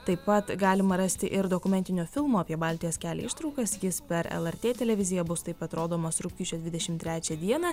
taip pat galima rasti ir dokumentinio filmo apie baltijos kelią ištraukas jis per lrt televiziją bus taip pat rodomas rugpjūčio dvidešimt trečią dieną